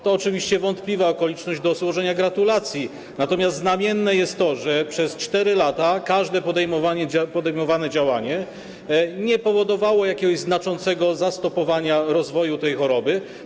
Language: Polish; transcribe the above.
To oczywiście wątpliwa okoliczność do złożenia gratulacji, natomiast znamienne jest to, że przez 4 lata żadne podejmowane działanie nie powodowało jakiegoś znaczącego zastopowania rozwoju tej choroby.